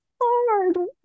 hard